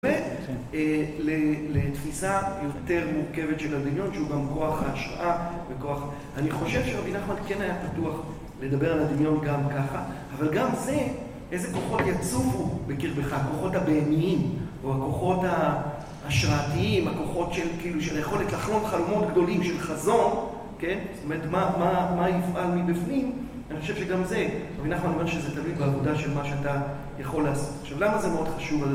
ולתפיסה יותר מורכבת של הדמיון, שהוא גם כוח ההשראה וכוח... אני חושב שרבי נחמן כן היה פתוח לדבר על הדמיון גם ככה, אבל גם זה, איזה כוחות יצאו בקרבך, הכוחות הבהמיים או הכוחות ההשראתיים, הכוחות של כאילו, של היכולת לחלום חלומות גדולים, של חזון, כן? זאת אומרת, מה ...מה יפעל מבפנים? אני חושב שגם זה, רבי נחמן אומר שזה תמיד בעבודה של מה שאתה יכול לעשות. עכשיו למה זה מאוד חשוב?